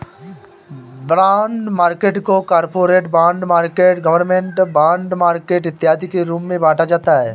bond market को corporate bond market government bond market इत्यादि के रूप में बांटा जाता है